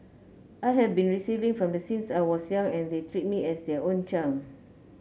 I have been receiving from them since I was young and they treat me as their own child